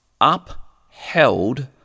upheld